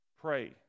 Pray